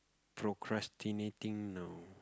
procrastinating now